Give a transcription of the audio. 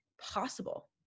possible